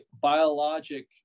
biologic